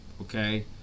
okay